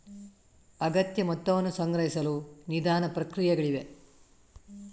ಅಗತ್ಯ ಮೊತ್ತವನ್ನು ಸಂಗ್ರಹಿಸಲು ನಿಧಾನ ಪ್ರಕ್ರಿಯೆಗಳಿವೆ